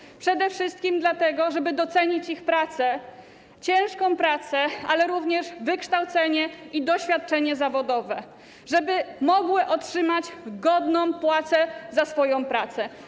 Chodzi przede wszystkim o to, żeby docenić ich ciężką pracę, ale również wykształcenie i doświadczenie zawodowe, żeby mogły otrzymać godną płacę za swoją pracę.